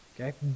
Okay